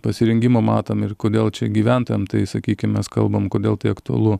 pasirengimą matom ir kodėl čia gyventojam tai sakykim mes kalbam kodėl tai aktualu